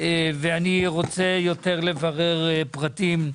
אני רוצה יותר לברר פרטים.